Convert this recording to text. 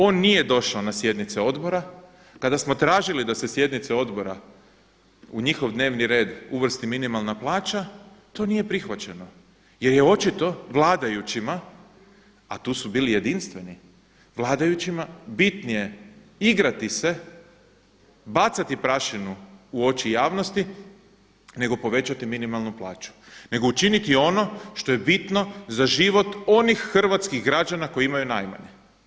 On nije došao na sjednice odbora, kada smo tražili da se sjednice odbora, u njihov dnevni red uvrsti minimalna plaća, to nije prihvaćeno jer je očito vladajućima a tu su bili jedinstveni, vladajućima bitnije igrati se, bacati prašinu u oči javnosti nego povećati minimalnu plaću, nego učiniti ono što je bitno za život onih hrvatskih građana koji imaju najmanje.